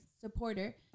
supporter